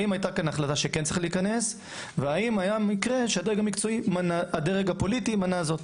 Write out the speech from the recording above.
האם הייתה החלטה שכן צריך להיכנס והאם היה מקרה בו הפוליטי מנע זאת.